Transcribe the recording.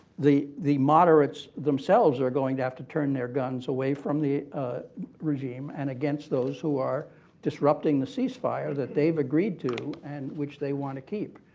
the the moderates themselves are going to have to turn their guns away from the regime and against those who are disrupting the ceasefire that theyve agreed to, and which they want to keep.